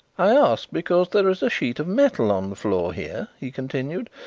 i ask because there is a sheet of metal on the floor here, he continued.